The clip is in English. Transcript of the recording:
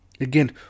Again